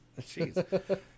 Jeez